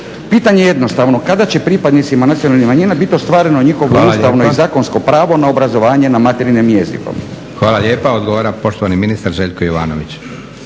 Pitanje je jednostavno, kada će pripadnicima nacionalnih manjina biti ostvareno njihovo ustavno i zakonsko pravo na obrazovanje na materinjem jeziku?